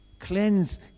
Cleanse